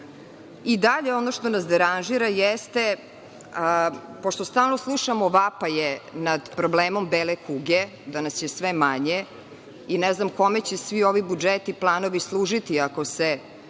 Evrope. Dalje ono što nas deranžira, pošto stalno slušamo vapaje nad problemom kuge, da nas je sve manje, i ne znam kome će svi ovi budžeti, planovi služiti ako se